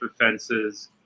offenses